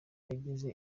yagize